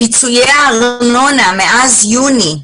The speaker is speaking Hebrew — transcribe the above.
פיצויי הארנונה מאז יוני,